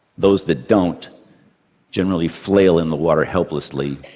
those that don't generally flail in the water helplessly,